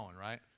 right